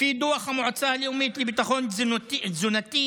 לפי דוח המועצה הלאומית לביטחון תזונתי,